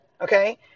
okay